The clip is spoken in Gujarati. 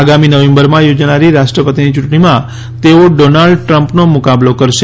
આગામી નવેમ્બરમાં યોજાનારી રાષ્ટ્રપતિની યૂંટણીમાં તેઓ ડોનાલ્ડ ટ્રમ્પનો મુકાબલો કરશે